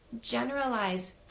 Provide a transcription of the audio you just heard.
generalize